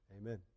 Amen